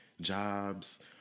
jobs